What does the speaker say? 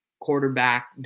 quarterback